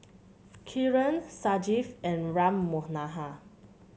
Kiran Sanjeev and Ram Manohar